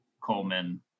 Coleman